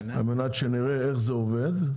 על מנת שנראה איך זה עובד,